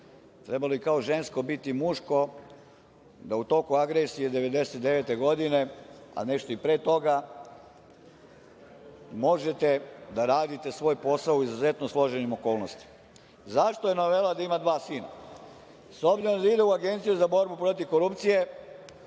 trebalo je i kao žensko biti muško da u toku agresije 1999. godine, a nešto i pre toga, možete da radite svoj posao u izuzetno složenim okolnostima.Zašto je navela da ima dva sina? S obzirom, da ide za Agenciju za borbu protiv korupcije,